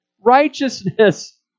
righteousness